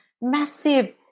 massive